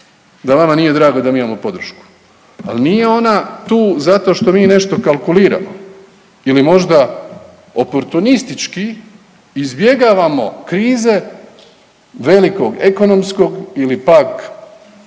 da vama nije drago da mi imamo podršku, ali nije ona tu zato što mi nešto kalkuliramo ili možda oportunistički izbjegavamo krize velikog ekonomskog ili pak